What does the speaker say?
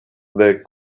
they